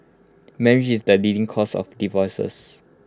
marriage is the leading cause of divorces